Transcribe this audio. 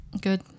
Good